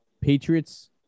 Patriots